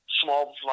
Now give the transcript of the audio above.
small